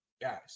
Guys